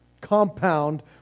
compound